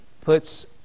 puts